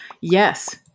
Yes